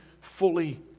fully